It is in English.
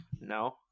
No